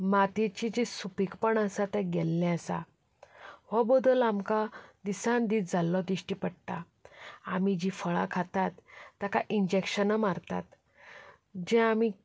मातयेचें जें सुपीकपण आसा तें गेल्लें आसा हो बदल आमकां दिसान दीस जाल्लो दिश्टी पडटा आमी जीं फळां खातात ताका इन्जेकशनां मारतात जे आमी